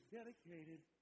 dedicated